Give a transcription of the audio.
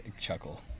chuckle